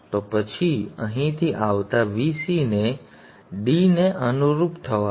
તો પછી અહીંથી આવતા Vc ને dને અનુરૂપ થવા દો